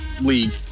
League